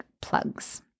plugs